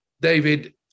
David